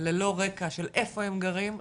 ללא רקע של איפה הם גרים,